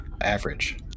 Average